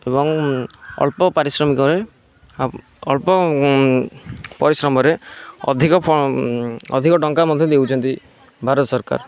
ଏବଂ ଅଳ୍ପ ପାରିଶ୍ରମିକରେ ଅଳ୍ପ ପରିଶ୍ରମରେ ଅଧିକ ଫ ଅଧିକ ଟଙ୍କା ମଧ୍ୟ ଦେଉଛନ୍ତି ଭାରତ ସରକାର